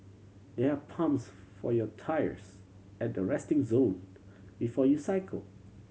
there are pumps for your tyres at the resting zone before you cycle